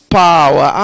power